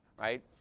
right